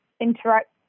interact